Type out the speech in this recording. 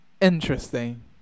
interesting